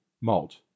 malt